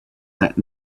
that